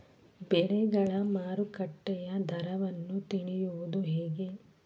ಬೆಳೆಗಳ ಮಾರುಕಟ್ಟೆಯ ದರವನ್ನು ತಿಳಿಯುವುದು ಹೇಗೆ?